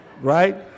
right